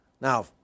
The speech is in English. Now